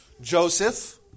Joseph